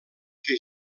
que